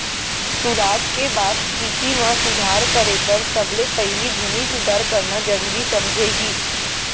सुराज के बाद कृसि म सुधार करे बर सबले पहिली भूमि सुधार करना जरूरी समझे गिस